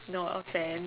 no offense